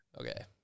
Okay